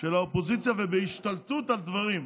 של האופוזיציה ובהשתלטות על דברים.